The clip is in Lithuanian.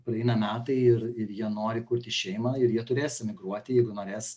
praeina metai ir ir jie nori kurti šeimą ir jie turės emigruoti jeigu norės